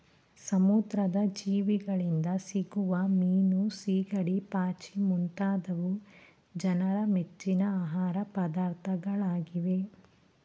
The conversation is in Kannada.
ಸಮುದ್ರದ ಜೀವಿಗಳಿಂದ ಸಿಗುವ ಮೀನು, ಸಿಗಡಿ, ಪಾಚಿ ಮುಂತಾದವು ಜನರ ಮೆಚ್ಚಿನ ಆಹಾರ ಪದಾರ್ಥಗಳಾಗಿವೆ